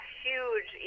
huge